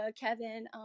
Kevin